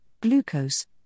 glucose